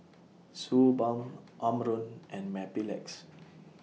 Suu Balm Omron and Mepilex